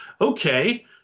Okay